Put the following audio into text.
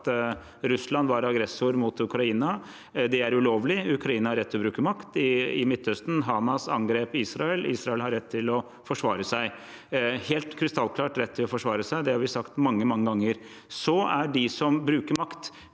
at Russland var aggressor mot Ukraina. Det er ulovlig, Ukraina har rett til å bruke makt. I Midtøsten angrep Hamas Israel. Israel har rett til å forsvare seg – helt krystallklar rett til å forsvare seg. Det har vi sagt mange, mange ganger. Så er de som bruker makt,